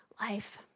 life